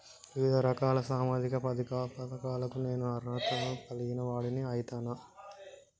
వివిధ రకాల సామాజిక పథకాలకు నేను అర్హత ను కలిగిన వాడిని అయితనా?